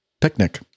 picnic